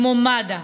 כמו מד"א,